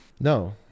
No